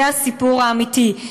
זה הסיפור האמיתי,